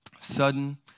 Sudden